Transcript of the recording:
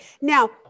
Now